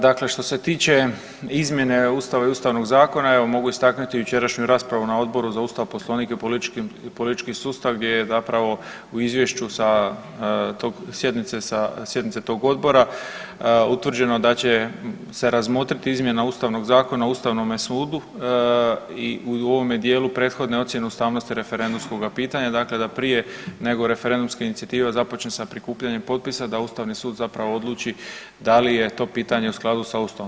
Dakle, što se tiče izmjene Ustava i Ustavnog zakona evo mogu istaknuti jučerašnju raspravu na Odboru za Ustav, Poslovnik i politički sustav gdje je zapravo u izvješću sa tog sjednice sa sjednice tog odbora utvrđeno da će se razmotriti izmjena Ustavnog zakona Ustavnome sudu i u ovome dijelu prethodne ocjene ustavnosti referendumskoga pitanja, dakle da prije nego referendumska inicijativa započne sa prikupljanjem potpisa da Ustavni sud zapravo odluči da li je to pitanje u skladu sa Ustavom.